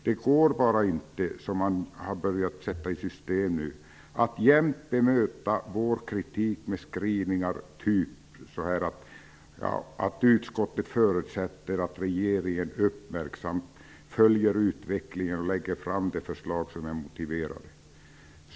Det går bara inte, som utskottet nu har börjat sätta i system, att jämt bemöta vår kritik med skrivningar av typen: ''Utskottet förutsätter att regeringen uppmärksamt följer utvecklingen och lägger fram de förslag som är motiverade.''